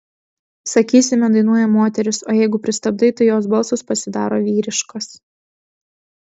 sakysime dainuoja moteris o jeigu pristabdai tai jos balsas pasidaro vyriškas